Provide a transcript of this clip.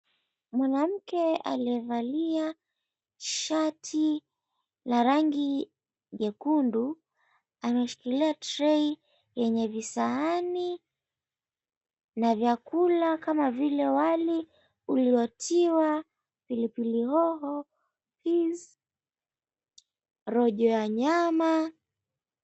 Mwanamke aliyevalia shati la rangi nyekundu anashikilia trey yenye visahani na vyakula kama vile wali uliotiwa pilipili hoho, peas rojo ya nyama...